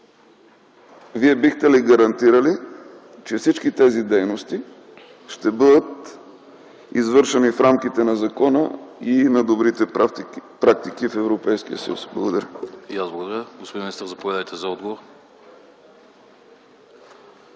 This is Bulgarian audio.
Вие бихте ли гарантирали, че всички тези дейности ще бъдат извършени в рамките на закона и на добрите практики в Европейския съюз? Благодаря. ПРЕДСЕДАТЕЛ АНАСТАС АНАСТАСОВ: И аз благодаря. Господин министър, заповядайте за отговор.